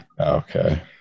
Okay